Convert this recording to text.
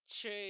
True